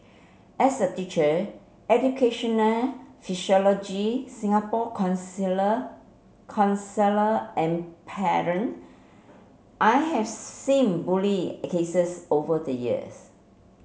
as a teacher educational Singapore counsellor and parent I have seen bully cases over the years